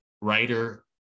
writer